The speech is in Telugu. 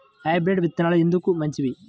హైబ్రిడ్ విత్తనాలు ఎందుకు మంచివి?